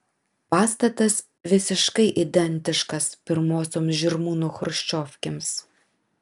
pastatas visiškai identiškas pirmosioms žirmūnų chruščiovkėms